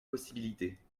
possibilités